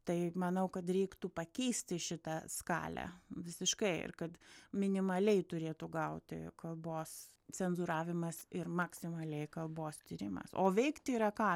tai manau kad reiktų pakeisti šitą skalę visiškai ir kad minimaliai turėtų gauti kalbos cenzūravimas ir maksimaliai kalbos tyrimas o veikti yra ką